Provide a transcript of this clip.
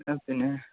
പിന്നെ